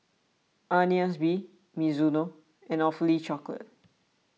Agnes B Mizuno and Awfully Chocolate